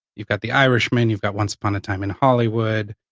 you've got the irishman, you've got once upon a time in hollywood,